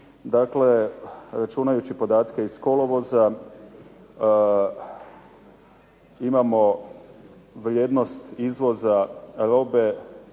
računajući podatke iz kolovoza imamo vrijednost izvoza robe